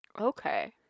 Okay